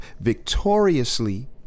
victoriously